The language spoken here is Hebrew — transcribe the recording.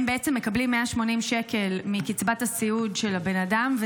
הם בעצם מקבלים 180 שקל מקצבת הסיעוד של הבן אדם,